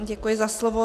Děkuji za slovo.